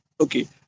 Okay